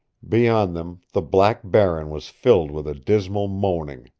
beyond them the black barren was filled with a dismal moaning.